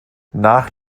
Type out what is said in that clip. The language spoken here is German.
nach